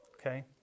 Okay